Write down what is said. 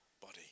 body